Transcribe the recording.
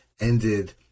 ended